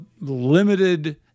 limited